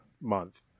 month